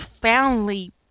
profoundly